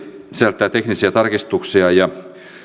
sisältää teknisiä tarkistuksia ja